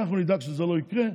אנחנו נדאג שזה לא יקרה.